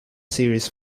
series